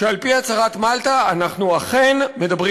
שעל-פי הצהרת מלטה אנחנו אכן מדברים